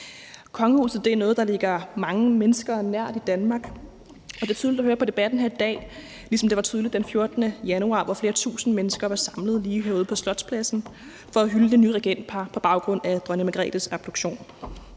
noget, der står mange mennesker i Danmark nært, og det er tydeligt at høre på debatten her i dag, ligesom det var tydeligt den 14. januar, hvor flere tusind mennesker var samlet lige herude på Slotspladsen for at hylde det nye regentpar på baggrund af dronning Margrethes abdikation.